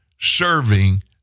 serving